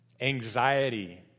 Anxiety